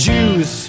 Jews